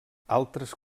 altres